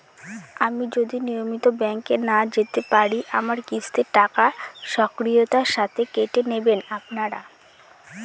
আমি যদি নিয়মিত ব্যংকে না যেতে পারি আমার কিস্তির টাকা স্বকীয়তার সাথে কেটে নেবেন আপনারা?